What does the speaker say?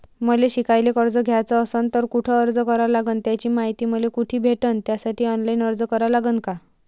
मले शिकायले कर्ज घ्याच असन तर कुठ अर्ज करा लागन त्याची मायती मले कुठी भेटन त्यासाठी ऑनलाईन अर्ज करा लागन का?